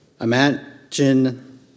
Imagine